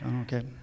Okay